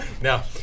Now